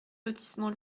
lotissement